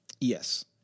Yes